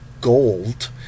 gold